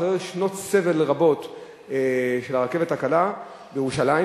אחרי שנות סבל רבות לקראת הרכבת הקלה בירושלים,